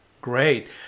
Great